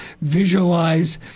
visualize